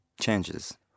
changes